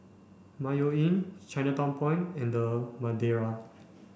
Mayo Inn Chinatown Point and The Madeira